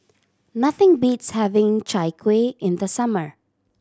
nothing beats having Chai Kueh in the summer